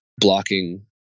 blocking